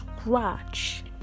scratch